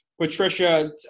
Patricia